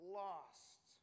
lost